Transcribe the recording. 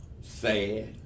sad